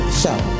show